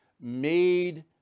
made